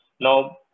Now